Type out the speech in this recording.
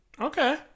Okay